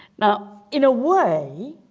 now in a way